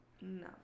No